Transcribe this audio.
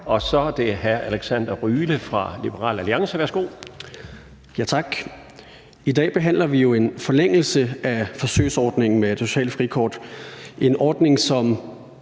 Så er det hr. Alexander Ryle fra Liberal Alliance. Værsgo. Kl. 15:49 Alexander Ryle (LA): Tak. I dag behandler vi jo en forlængelse af forsøgsordningen med det sociale frikort, en ordning, som